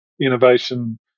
innovation